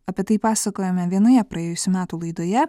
apie tai pasakojome vienoje praėjusių metų laidoje